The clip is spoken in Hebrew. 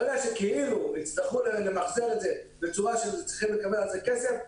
ברגע שכאילו יצטרכו למחזר את זה בצורה שצריכים לקבל על זה כסף,